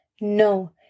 No